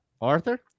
Arthur